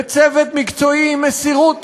וצוות מקצועי עם מסירות